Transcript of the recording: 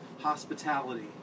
hospitality